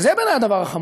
וזה בעיני הדבר החמור,